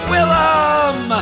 Willem